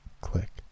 click